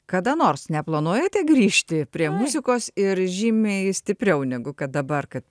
kada nors neplanuojate grįžti prie muzikos ir žymiai stipriau negu kad dabar kad